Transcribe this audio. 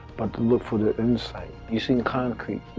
but to look for the insight. you see concrete,